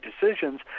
decisions